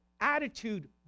attitude